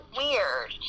weird